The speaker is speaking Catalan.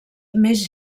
més